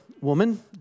woman